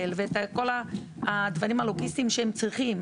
ואת כל הדברים הלוגיסטיים שהם צריכים,